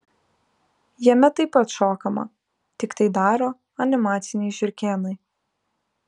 jame taip pat šokama tik tai daro animaciniai žiurkėnai